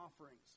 offerings